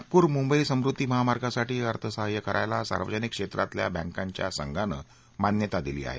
नागपूर मुंबई समृद्दी महामार्गासाठी अर्थसहाय्य करायला सार्वजनिक क्षेत्रातल्या बँकांच्या संघानं मान्यता दिली आहे